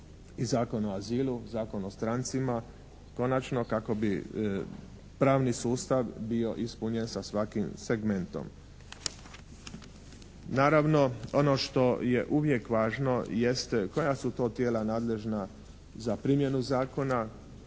Zakon o azilu, Zakon o strancima, konačno kako bi pravni sustav bio ispunjen sa svakim segmentom. Naravno ono što je uvijek važno jeste koja su to tijela nadležna za primjenu zakona,